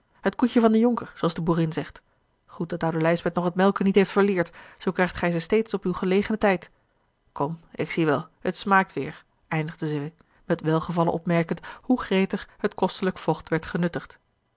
het koetje van den jonker zooals de boerin zegt goed dat oude lijsbeth nog het melken niet heeft verleerd zoo krijgt gij ze steeds op uw gelegen tijd kom ik zie wel het smaakt weêr eindigde zij met welgevallen opmerkend hoe gretig het kostelijk vocht werd genuttigd